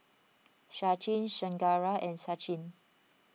Sachin Chengara and Sachin